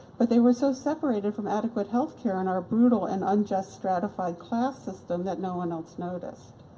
but they were so separated from adequate healthcare and our brutal and unjust stratified class system that no one else noticed.